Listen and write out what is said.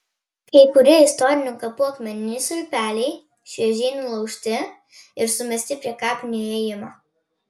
kai kurie istorinių kapų akmeniniai stulpeliai šviežiai nulaužti ir sumesti prie kapinių įėjimo